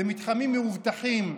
אלה מתחמים מאובטחים,